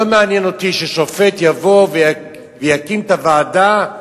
לא מעניין אותי ששופט יבוא ויקים את הוועדה.